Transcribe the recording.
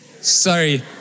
Sorry